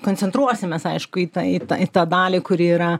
koncentruosimės aišku į tai į tą dalį kuri yra